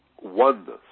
Oneness